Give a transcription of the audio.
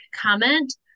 comment